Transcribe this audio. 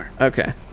Okay